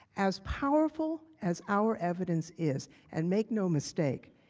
as powerful as our evidence is, and make no mistake,